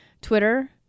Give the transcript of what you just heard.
Twitter